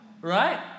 right